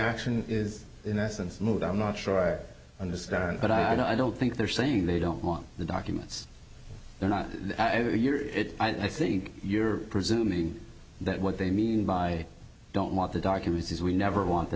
action is in essence moved i'm not sure i understand but i don't think they're saying they don't want the documents they're not i think you're presuming that what they mean by don't want the documents is we never want the